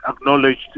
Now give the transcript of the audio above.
acknowledged